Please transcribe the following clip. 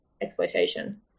exploitation